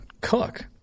cook